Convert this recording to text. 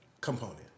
component